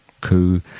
coup